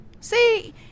See